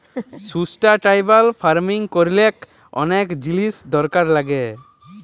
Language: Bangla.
সুস্টাইলাবল ফার্মিং ক্যরলে অলেক জিলিস দরকার লাগ্যে